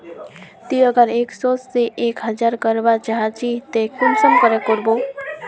ती अगर एक सो से एक हजार करवा चाँ चची ते कुंसम करे करबो?